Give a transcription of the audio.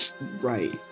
Right